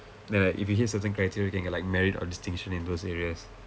then like if you hit a certain criteria you can get like merit or distinction in those areas